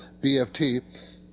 BFT